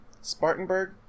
Spartanburg